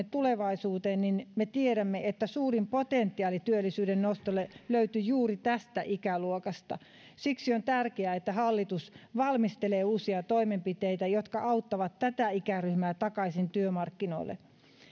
tulevaisuuteen me tiedämme että suurin potentiaali työllisyyden nostolle löytyy juuri tästä ikäluokasta siksi on tärkeää että hallitus valmistelee uusia toimenpiteitä jotka auttavat tätä ikäryhmää takaisin työmarkkinoille